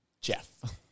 Jeff